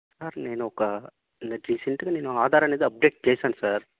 sir నేను ఒక రీసెంట్గా నేను ఆధార్ అనేది అప్డేట్ చేసాను సార్